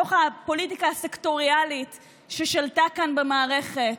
מתוך הפוליטיקה הסקטוריאלית ששלטה כאן במערכת.